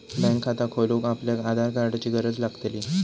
bank खाता खोलूक आपल्याक आधार कार्डाची गरज लागतली